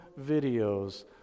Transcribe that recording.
videos